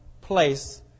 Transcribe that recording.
place